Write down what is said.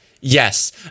Yes